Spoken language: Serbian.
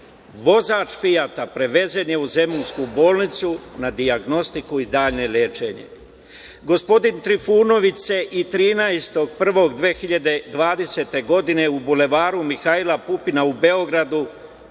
Vozač Fijata, prevezen je u Zemunsku bolnicu na dijagnostiku i dalje lečenje. Gospodin Trifunović se i 13.01.2020. godine u Bulevaru Mihajla Pupina u Beogradu